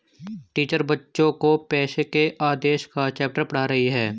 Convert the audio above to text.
teacher बच्चो को पैसे के आदेश का चैप्टर पढ़ा रही हैं